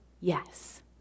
yes